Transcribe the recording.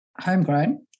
homegrown